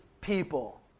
people